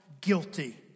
guilty